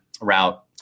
route